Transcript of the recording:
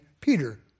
Peter